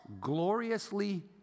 gloriously